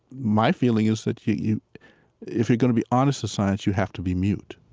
my feeling is that you you if you are going to be honest to science, you have to be mute